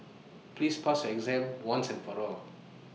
please pass your exam once and for all